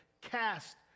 cast